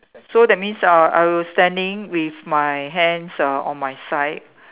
so that means I'll I will standing with my hands uh on my side